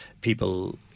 people